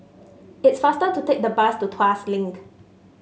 it's faster to take the bus to Tuas Link